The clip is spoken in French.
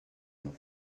nom